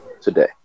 today